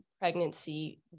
pregnancy